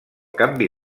canvi